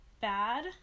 bad